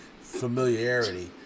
familiarity